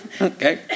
Okay